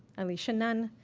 alicia nunn,